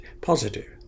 positive